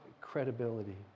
credibility